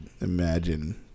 imagine